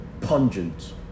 Pungent